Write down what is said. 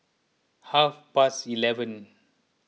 half past eleven